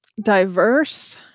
diverse